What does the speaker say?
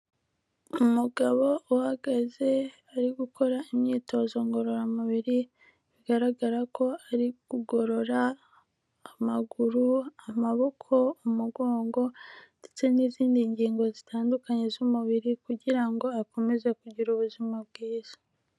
Umugabo uhagaze ari gukora imyitozo ngororamubiri, bigaragara ko ari kugorora amaguru, amaboko, umugongo ndetse n'izindi ngingo zitandukanye z'umubiri kugira ngo akomeze kugira ubuzima bwiza.